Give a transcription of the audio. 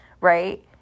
right